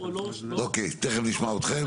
אוקיי, תכף נשמע אתכם.